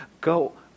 go